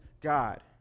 God